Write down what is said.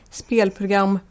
spelprogram